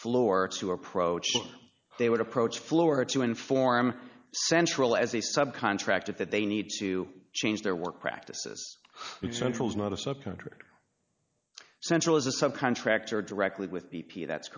floor to approach and they would approach floor to inform central as a subcontractor that they need to change their work practices centrals another subcontractor central is a subcontractor directly with b p that's